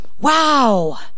Wow